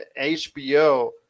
HBO